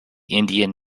indian